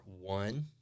one